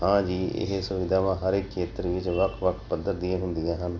ਹਾਂਜੀ ਇਹ ਸੁਵਿਧਾਵਾਂ ਹਰ ਇੱਕ ਖੇਤਰ ਵਿੱਚ ਵੱਖ ਵੱਖ ਪੱਧਰ ਦੀਆਂ ਹੁੰਦੀਆਂ ਹਨ